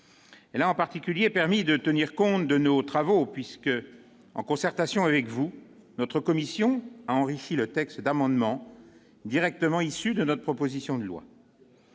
aura, en particulier, permis de tenir compte de nos travaux puisque, en concertation avec vous, notre commission a enrichi le texte d'amendements directement issus de notre proposition de loi.